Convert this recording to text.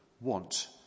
want